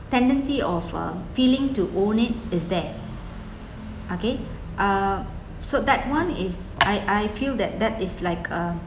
tendency of uh feeling to own it is there okay uh so that one is I I feel that that is like a